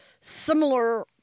similar